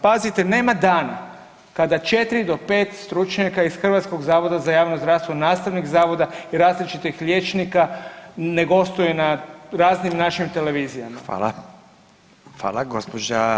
Pazite nema dana kada 4 do 5 stručnjaka iz Hrvatskog zavoda za javno zdravstvo, nastavnik zavoda i različitih liječnika ne gostuje na raznim našim televizijama.